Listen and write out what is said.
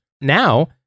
Now